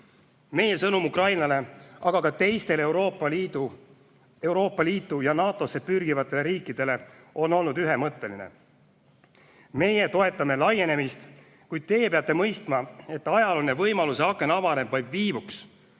Meie sõnum Ukrainale, aga ka teistele Euroopa Liitu ja NATO-sse pürgivatele riikidele on olnud ühemõtteline: meie toetame laienemist, kuid teie peate mõistma, et ajalooline võimaluste aken avaneb vaid viivuks,